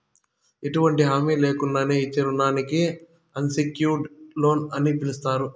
ఎటువంటి హామీ లేకున్నానే ఇచ్చే రుణానికి అన్సెక్యూర్డ్ లోన్ అని పిలస్తారు